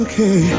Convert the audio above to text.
Okay